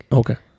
okay